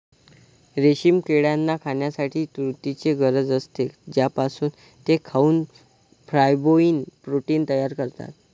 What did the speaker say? रेशीम किड्यांना खाण्यासाठी तुतीची गरज असते, ज्यापासून ते खाऊन फायब्रोइन प्रोटीन तयार करतात